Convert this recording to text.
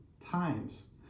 times